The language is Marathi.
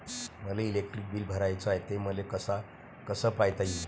मले इलेक्ट्रिक बिल भराचं हाय, ते मले कस पायता येईन?